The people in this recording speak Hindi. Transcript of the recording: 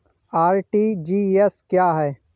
आर.टी.जी.एस क्या है?